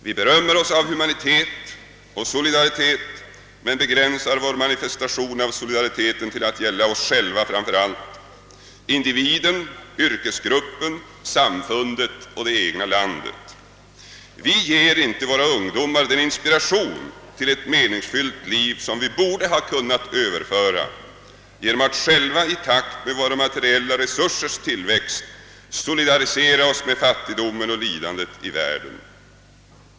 Vi berömmer oss av humanitet och solidaritet, men begränsar vår manifestation av Solidariteten till att gälla framför allt oss själva: individen, yrkesgruppen, samfundet och det egna landet. Vi ger inte våra ungdomar den inspiration till ett meningsfyllt liv som vi borde ha kunnat överföra genom att själva i takt med våra materiella resursers tillväxt solidarisera oss med fattigdomen och lidandet i världen.